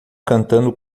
cantando